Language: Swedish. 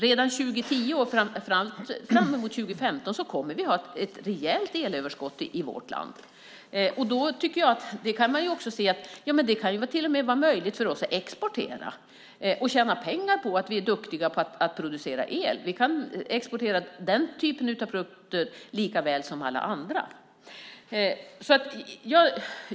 Redan 2010 och fram emot 2015 kommer vi att ha ett rejält elöverskott i vårt land. Det gör att det till och med kan vara möjligt för oss att exportera och tjäna pengar på att vi är duktiga på att producera el. Vi kan exportera den typen av produkter likaväl som alla andra.